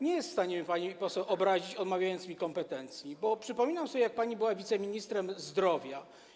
Nie jest w stanie mnie pani poseł obrazić, odmawiając mi kompetencji, bo przypominam sobie, jak pani była wiceministrem zdrowia.